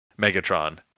Megatron